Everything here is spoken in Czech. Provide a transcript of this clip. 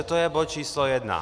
To je bod číslo jedna.